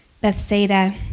Bethsaida